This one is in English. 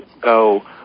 go